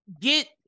get